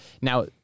Now